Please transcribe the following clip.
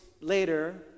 later